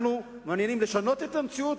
אנחנו מעוניינים לשנות את המציאות,